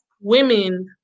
women